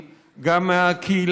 אני מברך על כך.